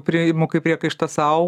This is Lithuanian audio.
priimu kaip priekaištą sau